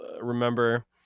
remember